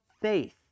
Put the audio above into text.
faith